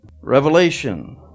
Revelation